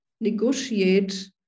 negotiate